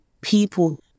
people